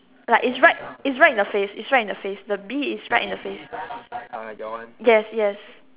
like is right is right in the face is right in the face the bee is right in the face alright that one yes yes